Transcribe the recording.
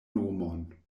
nomon